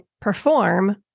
perform